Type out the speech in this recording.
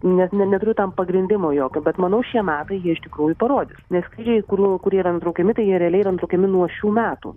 net ne neturiu tam pagrindimo jokio bet manau šie metai jie iš tikrųjų parodys nes skrydžiai kurių kurie yra nutraukiami tai jie realiai yra nutraukiami nuo šių metų